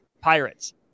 pirates